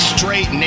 Straight